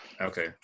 okay